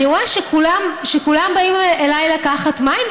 אני רואה שכולם באים אליי לקחת מים,